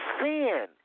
sin